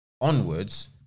onwards